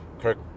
Kirk